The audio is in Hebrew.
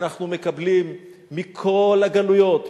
אנחנו מקבלים מכל הגלויות,